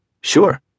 sure